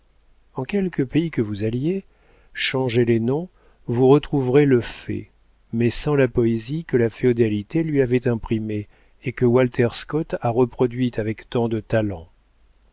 en quelque pays que vous alliez changez les noms vous retrouverez le fait mais sans la poésie que la féodalité lui avait imprimée et que walter scott a reproduite avec tant de talent